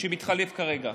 שמתחלף כרגע: